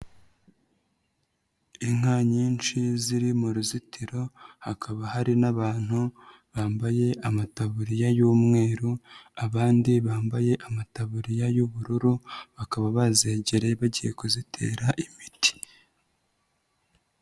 Inka nyinshi ziri mu ruzitiro, hakaba hari n'abantu bambaye amataburiya y'umweru, abandi bambaye amataburiya y'ubururu, bakaba bazegereye bagiye kuzitera imiti.